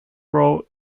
road